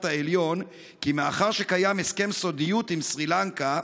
העליון כי מאחר שקיים הסכם סודיות עם סרי לנקה,